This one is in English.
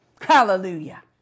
Hallelujah